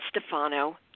Stefano